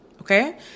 okay